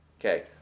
Okay